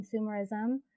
consumerism